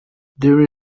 there